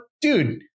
dude